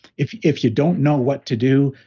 if if you don't know what to do,